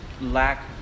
lack